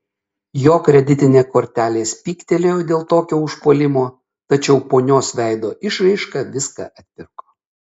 jo kreditinė kortelė spygtelėjo dėl tokio užpuolimo tačiau ponios veido išraiška viską atpirko